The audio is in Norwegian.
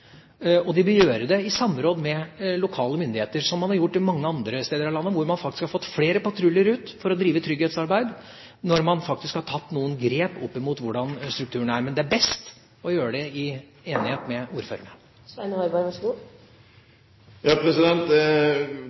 De vil gjøre det i samråd med lokale myndigheter, som man har gjort mange andre steder i landet hvor man faktisk har fått flere patruljer ut for å drive trygghetsarbeid, når man faktisk har tatt noen grep opp mot hvordan strukturen er. Men det er best å gjøre det i enighet med ordførerne. Kappløpet om hvem som har gjort mest historisk, er for så